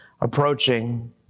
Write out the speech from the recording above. approaching